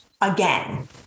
again